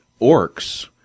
orcs